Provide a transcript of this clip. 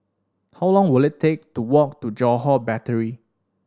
how long will it take to walk to Johore Battery